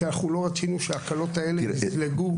כי אנחנו לא רצינו שההקלות האלה יזלגו החוצה.